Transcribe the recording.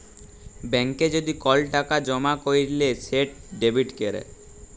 ব্যাংকে যদি কল টাকা জমা ক্যইরলে সেট ডেবিট ক্যরা